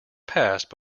passed